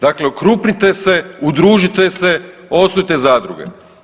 Dakle, okrupnite se, udružite se, osnujte zadruge.